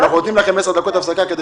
אנחנו נותנים לכם עשר דקות הפסקה כדי